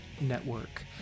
network